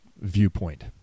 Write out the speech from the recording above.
Viewpoint